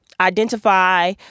identify